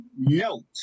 note